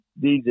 DJ